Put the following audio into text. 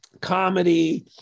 comedy